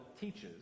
teaches